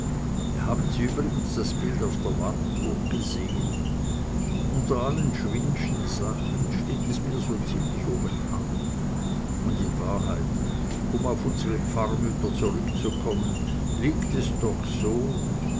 haben sie übrigens das bild auf der wartburg gesehen unter allen schwindschen sachen steht es mir so ziemlich obenan und in wahrheit um auf unsere pfarrmütter zurückzukommen liegt es doch so